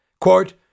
Quote